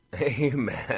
Amen